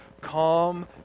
calm